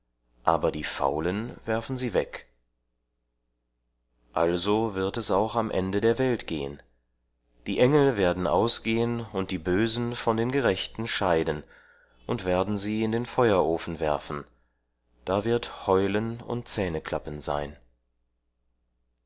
aber die faulen werfen sie weg also wird es auch am ende der welt gehen die engel werden ausgehen und die bösen von den gerechten scheiden und werden sie in den feuerofen werfen da wird heulen und zähneklappen sein